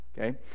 okay